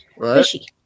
Fishy